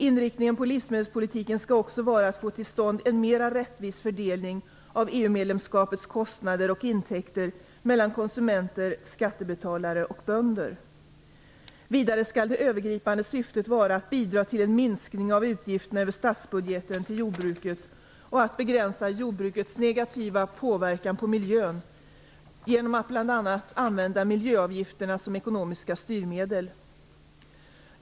Inriktningen av livsmedelspolitiken skall också vara att få till stånd en mer rättvis fördelning av EU-medlemskapets kostnader och intäkter mellan konsumenter, skattebetalare och bönder. Vidare skall det övergripande syftet vara att bidra till en minskning av utgifterna över statsbudgeten till jordbruket och att begränsa jordbrukets negativa påverkan på miljön genom att bl.a. använda miljöavgifterna som ekonomiska styrmedel.